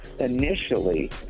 Initially